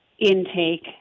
intake